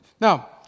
Now